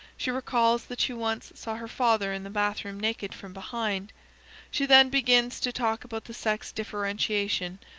she recalls that she once saw her father in the bath-room naked from behind she then begins to talk about the sex differentiation,